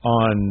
on